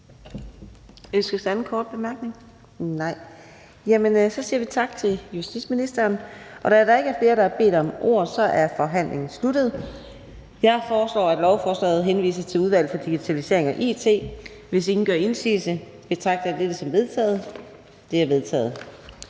der en anden kort bemærkning? Nej. Så siger vi tak til justitsministeren. Da der ikke er flere, der har bedt om ordet, er forhandlingen sluttet. Jeg foreslår, at lovforslaget henvises til Udvalget for Digitalisering og It. Hvis ingen gør indsigelse, betragter jeg dette som vedtaget. Det er vedtaget.